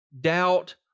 doubt